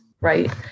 Right